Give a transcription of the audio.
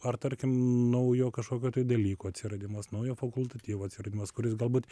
ar tarkim naujo kažkokio dalyko atsiradimas naujo fakultatyvo atsiradimas kuris galbūt